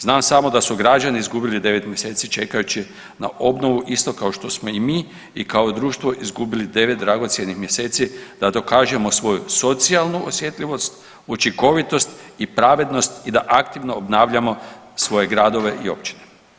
Znam samo da su građani izgubili 9 mjeseci čekajući na obnovu isto kao što smo i mi i kao društvo izgubili 9 dragocjenih mjeseci da dokažemo svoju socijalnu osjetljivost, učinkovitost i pravednost i da aktivno obnavljamo svoje gradove i općine.